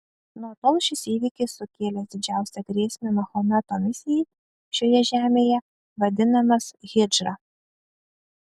nuo tol šis įvykis sukėlęs didžiausią grėsmę mahometo misijai šioje žemėje vadinamas hidžra